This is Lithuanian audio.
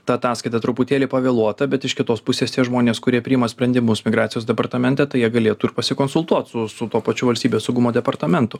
ta ataskaita truputėlį pavėluota bet iš kitos pusės tie žmonės kurie priima sprendimus migracijos departamente tai jie galėtų pasikonsultuot su su tuo pačiu valstybės saugumo departamentu